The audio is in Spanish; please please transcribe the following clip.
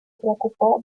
preocupó